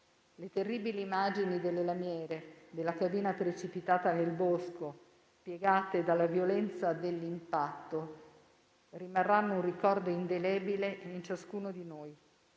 Le terribili immagini delle lamiere della cabina precipitata nel bosco piegate dalla violenza dell'impatto rimarranno un ricordo indelebile in ciascuno di noi,